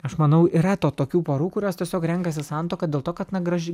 aš manau yra to tokių porų kurios tiesiog renkasi santuoką dėl to kad na graži